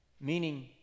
meaning